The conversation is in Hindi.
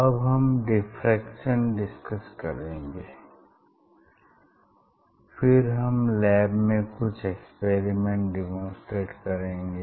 अब हम डिफ्रैक्शन डिसकस करेंगे फिर हम लैब में कुछ एक्सपेरिमेंट डेमोंस्ट्रेट करेंगे